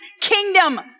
kingdom